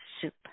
soup